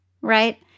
right